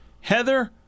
Heather